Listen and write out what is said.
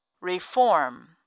reform